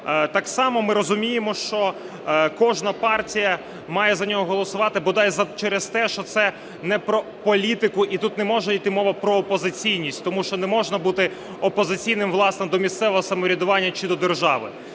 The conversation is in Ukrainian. Так само ми розуміємо, що кожна партія має за нього голосувати бодай через те, що це не про політику, і тут не може йти мова про опозиційність, тому що не можна бути опозиційним, власне, до місцевого самоврядування чи до держави.